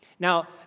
Now